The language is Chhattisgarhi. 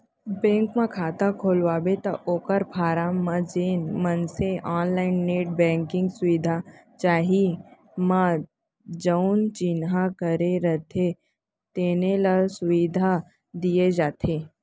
बेंक म खाता खोलवाबे त ओकर फारम म जेन मनसे ऑनलाईन नेट बेंकिंग सुबिधा चाही म जउन चिन्हा करे रथें तेने ल सुबिधा दिये जाथे